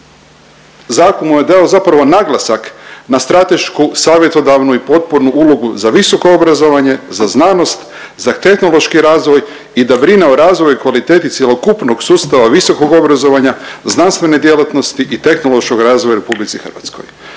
zakon mu je dao zapravo naglasak na stratešku savjetodavnu i potpornu ulogu za visoko obrazovanje, za znanost, za tehnološki razvoj i da brine o razvoju i kvalitete cjelokupnog sustava visokog obrazovanja, znanstvene djelatnosti i tehnološkog razvoja u RH. Dakle